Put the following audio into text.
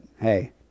hey